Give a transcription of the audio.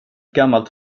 gammalt